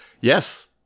yes